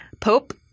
Pope